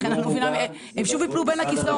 לכן אני לא מבינה, הם שוב ייפלו בין הכיסאות.